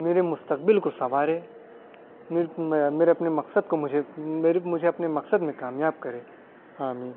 میرے مستقبل کو سنوارے میرے اپنے مقصد کو مجھے میرے مجھے اپنے مقصد میں کامیاب کرے آمین